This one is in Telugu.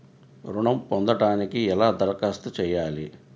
ఋణం పొందటానికి ఎలా దరఖాస్తు చేయాలి?